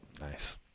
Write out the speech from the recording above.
Nice